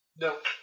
Nope